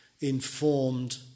informed